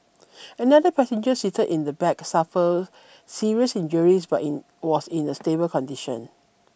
another passenger seated in the back suffered serious injuries but in was in a stable condition